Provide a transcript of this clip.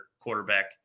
quarterback